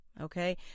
okay